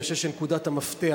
אני חושב שנקודת המפתח